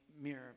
mirror